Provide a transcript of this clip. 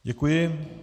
Děkuji.